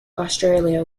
australia